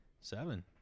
Seven